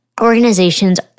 Organizations